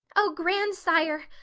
o grandsire,